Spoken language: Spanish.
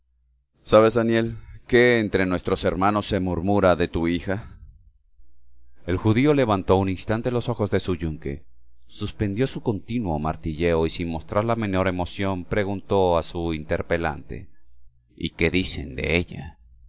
sabes daniel que entre nuestros hermanos se murmura de tu hija el judío levantó un instante los ojos de su yunque suspendió su continuo martilleo y sin mostrar la menor emoción preguntó a su interpelante y qué dicen de ella